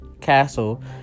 castle